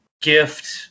Gift